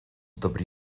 dobrý